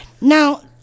Now